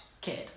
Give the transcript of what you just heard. kid